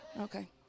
Okay